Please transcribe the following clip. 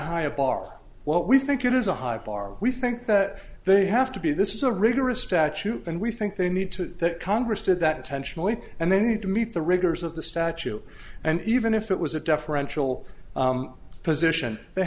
high a bar what we think it is a high bar we think that they have to be this is a rigorous statute and we think they need to that congress did that intentionally and they need to meet the rigors of the statue and even if it was a deferential position they